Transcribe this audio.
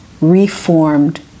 reformed